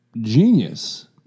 genius